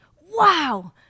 wow